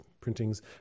printings